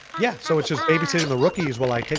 yeah, so it's just babysitting the rookies while i